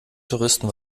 touristen